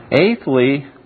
Eighthly